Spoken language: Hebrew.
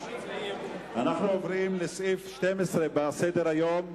אנחנו עוברים לסעיף 12 בסדר-היום: